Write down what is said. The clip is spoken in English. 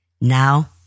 Now